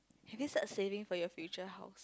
if you start saving for your future house